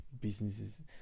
businesses